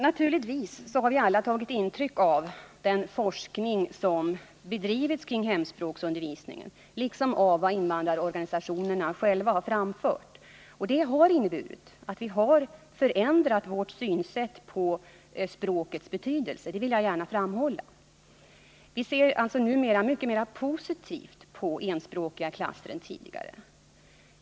Naturligtvis har vi alla tagit intryck av den forskning som bedrivits kring hemspråksundervisningen liksom av vad invandrarorganisationerna själva har anfört. Vårt synsätt på språkets betydelse har förändrats — det vill jag gärna framhålla. Vi ser numera mycket mer positivt på enspråkiga klasser än tidigare.